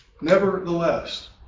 Nevertheless